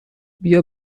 بیا